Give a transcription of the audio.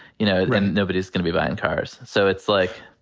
you know, and nobody's gonna be buying cars. so it's, like,